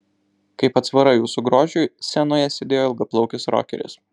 kaip atsvara jūsų grožiui scenoje sėdėjo ilgaplaukis rokeris